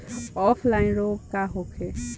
Offline रोग का होखे?